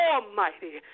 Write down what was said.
Almighty